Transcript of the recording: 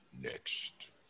Next